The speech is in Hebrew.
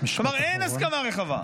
כבר אין הסכמה רחבה.